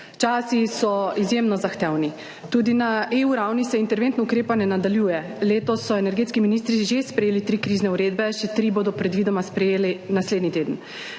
Časi so izjemno zahtevni. Tudi na EU ravni se interventno ukrepanje nadaljuje, letos so energetski ministri že sprejeli tri krizne uredbe, še tri bodo predvidoma sprejeli naslednji teden.